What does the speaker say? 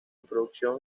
producción